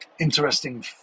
Interesting